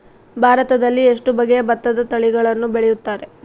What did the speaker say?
ಭಾರತದಲ್ಲಿ ಎಷ್ಟು ಬಗೆಯ ಭತ್ತದ ತಳಿಗಳನ್ನು ಬೆಳೆಯುತ್ತಾರೆ?